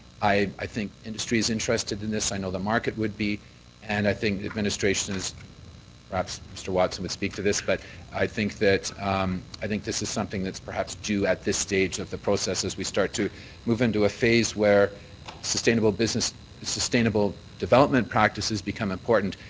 i i think industry is interested in this. i know the market would be and i think administration is perhaps mr. watson would speak to this but i think that this is something that's perhaps due at this stage of the process as we start to move into a phase where sustainable business sustainable development practices become important.